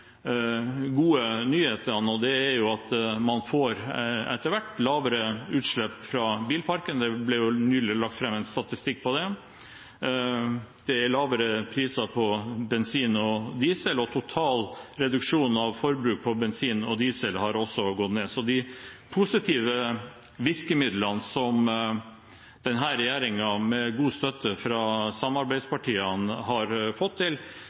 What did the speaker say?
gode nyhetene, og det er at man etter hvert får lavere utslipp fra bilparken, det ble nylig lagt fram en statistikk på det. Det er lavere priser på bensin og diesel, og total reduksjon av forbruk av bensin og diesel har også gått ned. Så de positive virkemidlene som denne regjeringen med god støtte fra samarbeidspartiene har fått til,